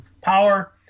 power